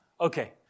Okay